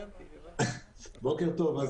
בוקר טוב.